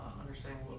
understanding